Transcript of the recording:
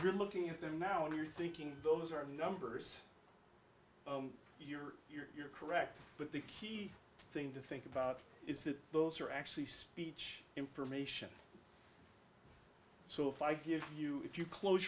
you're looking at them now and you're thinking those are the numbers you're you're correct but the key thing to think about is that those are actually speech information so if i give you if you close